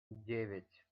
девять